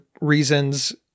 reasons